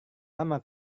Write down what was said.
lama